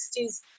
60s